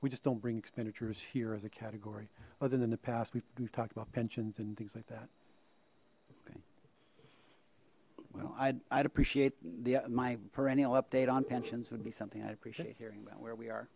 we just don't bring expenditures here as a category other than the past we've talked about pensions and things like that well i'd appreciate the perennial update on pensions would be something i appreciate hearing where we are